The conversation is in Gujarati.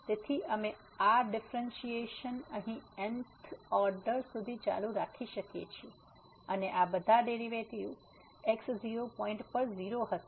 તેથી અમે આ ડીફ્રેનસીએસન અહીં n th ઓર્ડેર સુધી ચાલુ રાખી શકીએ છીએ અને આ બધા ડેરિવેટિવ્ઝ x0 પોઈન્ટ પર 0 હશે